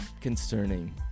concerning